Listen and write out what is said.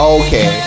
okay